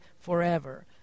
forever